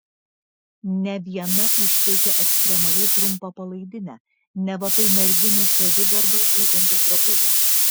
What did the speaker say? ne viena išpeikė ekstremaliai trumpą palaidinę neva tai merginų savigarbą žeidžiantis drabužis